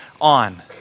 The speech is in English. on